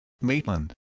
Maitland